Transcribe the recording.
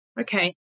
Okay